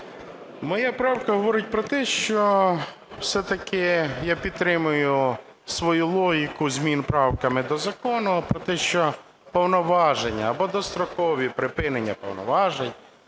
Моя правка говорить про те, що все-таки я підтримую свою логіку змін правками до закону про те, що повноваження або дострокове припинення повноважень